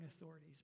authorities